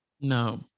No